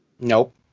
Nope